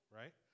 right